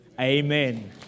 Amen